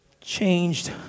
changed